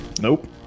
Nope